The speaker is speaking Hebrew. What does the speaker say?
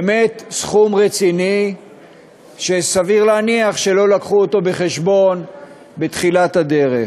באמת סכום רציני שסביר להניח שלא הביאו אותו בחשבון בתחילת הדרך.